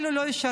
אלו לא ישרתו.